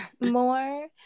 more